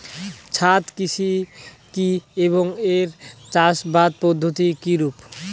ছাদ কৃষি কী এবং এর চাষাবাদ পদ্ধতি কিরূপ?